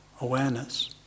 Awareness